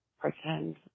pretend